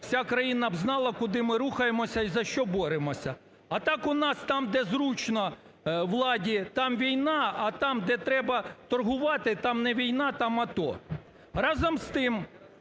вся країна б знала куди ми рухаємось, і за що боремося. А так у нас там, де зручно владі, там війна, а там, де треба торгувати, там не війна, там АТО. Разом з тим,